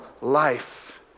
life